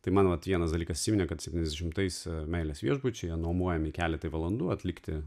tai man vat vienas dalykas įsiminė kad septyniasdešimtais meilės viešbučiai nuomojami keletui valandų atlikti